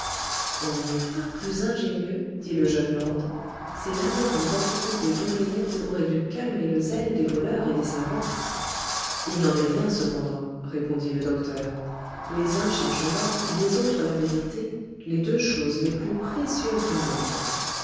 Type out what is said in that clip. on n'est pas plus ingénieux dit le jeune lord ces labyrinthes entrecoupés d'oubliettes auraient dû calmer le zèle des voleurs et des savants il n'en est rien cependant répondit le docteur les uns cherchent l'or les autres la vérité les deux choses les plus précieuses du monde